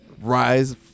rise